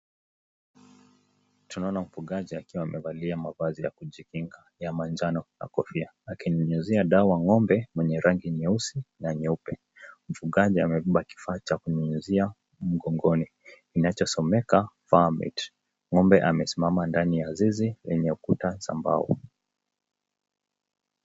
Tunaona mfugaji akiwa amevalia mavazi ya kujikinga ya manjano na kofia. Akinyunyizia dawa Kwa ng'ombe mwenye rangi nyeusi na nyeupe . Mfugaji amebeba kifaa cha kunyunyuzia mgongoni inacho someka [cse]fermer dip ng'ombe amesimama ndani ya zizi yenye ukuta za mbao.